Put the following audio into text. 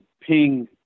Ping